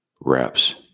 reps